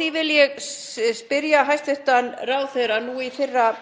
Því vil ég spyrja hæstv. ráðherra í fyrra